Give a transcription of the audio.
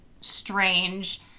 strange